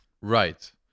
Right